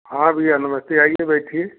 हाँ भैया नमस्ते आइए बैठिए